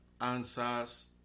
answers